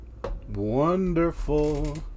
wonderful